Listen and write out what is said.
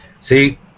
See